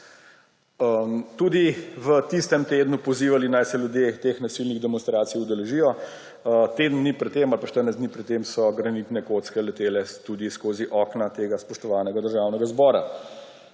tudi v tistem tednu pozivali, naj se ljudje teh nasilnih demonstracij udeležijo, teden dni pred tem ali 14 dni pred tem so granitne kocke letele tudi skozi okna tega spoštovanega Državnega zbora.